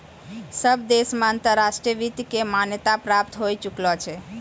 सब देश मे अंतर्राष्ट्रीय वित्त के मान्यता प्राप्त होए चुकलो छै